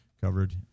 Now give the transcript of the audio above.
covered